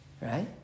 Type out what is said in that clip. Right